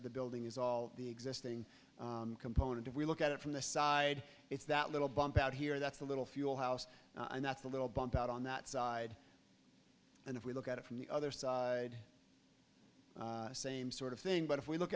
of the building is all the existing component if we look at it from the side it's that little bump out here that's a little fuel house and that's a little bump out on that side and if we look at it from the other side same sort of thing but if we look